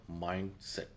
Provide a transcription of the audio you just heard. mindset